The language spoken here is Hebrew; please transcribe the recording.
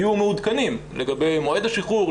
יהיו מעודכנים לגבי מועד השחרור,